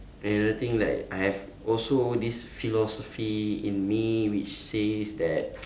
and another thing like I have also this philosophy in me which says that